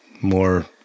more